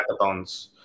Hackathons